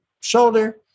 shoulder